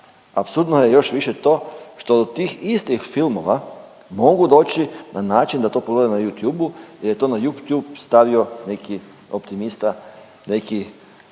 apsurdno je još više to što do tih istih filmova mogu doći na način da to pogledaju na Yuotube jer je to na Youtube stavio neki optimista, neki